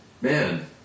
man